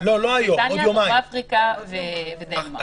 לא חזרו מבריטניה, דרום אפריקה ודנמרק,